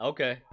Okay